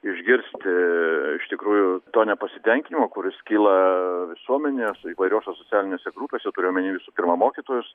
išgirsti iš tikrųjų to nepasitenkinimo kuris kyla visuomenės įvairiose socialinėse grupėse turiu omeny visų pirma mokytojus